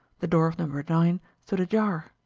the door of number nine stood ajar,